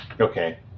Okay